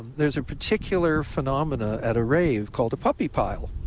there's a particular phenomena at a rave called a puppy pile,